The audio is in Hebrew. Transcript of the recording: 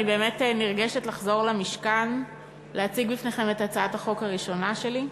אני באמת נרגשת לחזור למשכן ולהציג בפניכם את הצעת החוק הראשונה שלי.